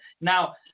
Now